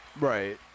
Right